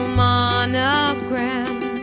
monogram